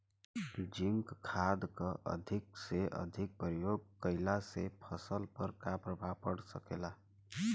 Zinc खाद क अधिक से अधिक प्रयोग कइला से फसल पर का प्रभाव पड़ सकेला?